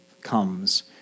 comes